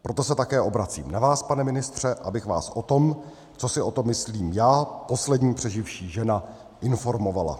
Proto se také obracím na vás, pane ministře, abych vás o tom, co si o tom myslím já, poslední přeživší žena, informovala.